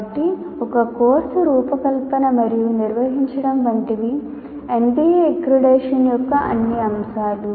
కాబట్టి ఒక కోర్సు రూపకల్పన మరియు నిర్వహించడం వంటివి NBA అక్రిడిటేషన్ యొక్క అన్ని అంశాలు